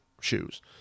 shoes